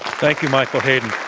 thank you, michael.